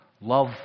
love